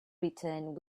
returned